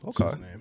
okay